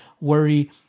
worry